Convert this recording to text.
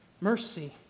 mercy